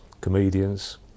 comedians